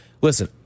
listen